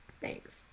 Thanks